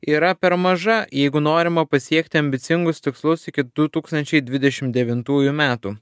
yra per maža jeigu norima pasiekti ambicingus tikslus iki du tūkstančiai dvidešimt devintųjų metų